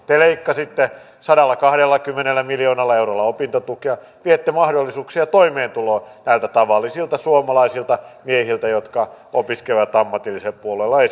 te leikkasitte sadallakahdellakymmenellä miljoonalla eurolla opintotukea viette mahdollisuuksia toimeentuloon näiltä tavallisilta suomalaisilta miehiltä jotka opiskelevat esimerkiksi ammatillisella puolella